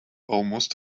almost